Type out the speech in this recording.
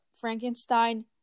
Frankenstein